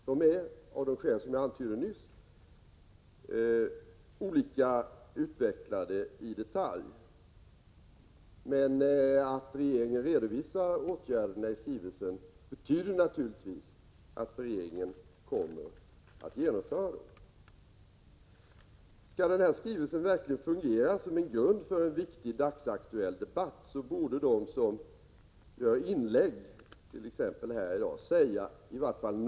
De är av de skäl som jag nyss antydde olika utvecklade i detalj. Men att regeringen i skrivelser redovisar åtgärderna betyder naturligtvis att regeringen kommer att genomföra dem. Skall den här skrivelsen verkligen fungera som grund för en viktig dagsaktuell debatt borde de som gör inlägg t.ex. här i dag säga i varje fall Prot.